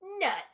Nuts